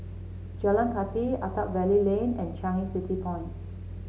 Jalan Kathi Attap Valley Lane and Changi City Point